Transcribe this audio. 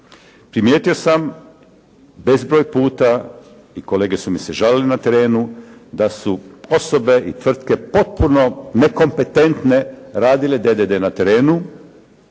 Primijetio sam bezbroj puta i kolege su mi se žalile na terenu da su osobe i tvrtke potpuno nekompetentne radile DDD na terenu,